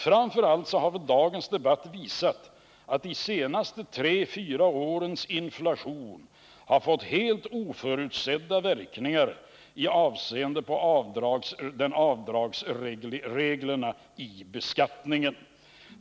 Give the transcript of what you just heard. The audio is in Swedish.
Dagens debatt har framför allt visat att de senaste tre fyra årens inflation har fått helt oförutsedda verkningar i avseende på avdragsreglerna i beskattningen.